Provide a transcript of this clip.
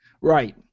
Right